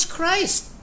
Christ